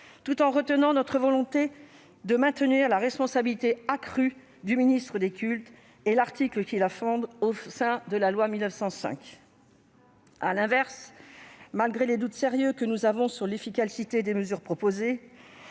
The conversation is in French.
tout en retenant notre volonté de maintenir la responsabilité accrue du ministre des cultes et l'article qui la fonde au sein de la loi de 1905. À l'inverse, malgré les doutes sérieux que nous avons exprimés sur l'efficacité des mesures proposées,